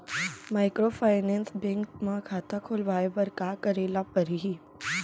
Microfinance bank म खाता खोलवाय बर का करे ल परही?